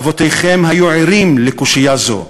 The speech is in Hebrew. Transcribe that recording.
אבותיכם היו ערים לקושיה זו,